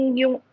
yung